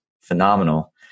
phenomenal